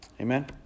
Amen